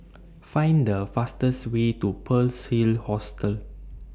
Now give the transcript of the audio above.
Find The fastest Way to Pearl's Hill Hostel